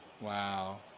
Wow